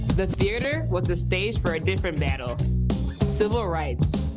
the theater was the stage for a different battle civil rights.